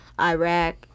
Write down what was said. Iraq